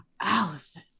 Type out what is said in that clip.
Allison